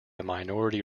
minority